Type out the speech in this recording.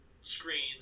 screens